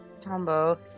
Tombo